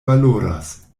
valoras